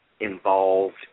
involved